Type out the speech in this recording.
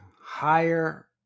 higher